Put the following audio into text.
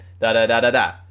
da-da-da-da-da